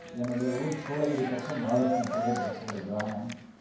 என்னுடைய ஊர் சூளகிரி பக்கம் மாதர்சனப்பள்ளியன்றசு ஒரு கிராமம்